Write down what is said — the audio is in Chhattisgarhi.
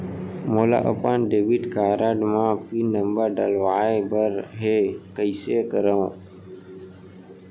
मोला अपन डेबिट कारड म पिन नंबर डलवाय बर हे कइसे करव?